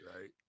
right